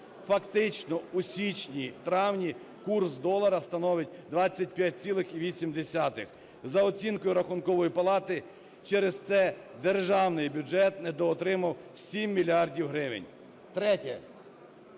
Фактично у січні-травні курс долара становить 25,8. За оцінкою Рахункової палати, через це державний бюджет недоотримав 7 мільярдів гривень.